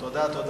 תודה.